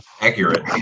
Accurate